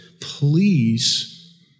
please